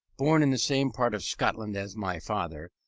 born in the same part of scotland as my father,